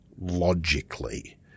logically